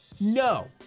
No